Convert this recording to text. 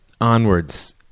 onwards